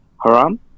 haram